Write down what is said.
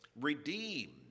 redeemed